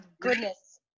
goodness